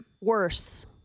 Worse